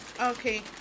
Okay